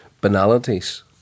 banalities